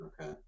Okay